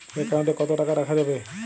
Account কত টাকা রাখা যাবে?